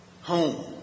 Home